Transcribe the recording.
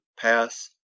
pass